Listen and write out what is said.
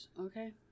Okay